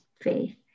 faith